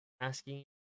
asking